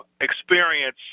experience